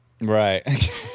right